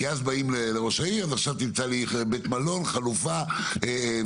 כי אז באים לראש העיר ומבקשים שימצאו בית מלון או חלופה אחרת.